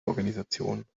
organisation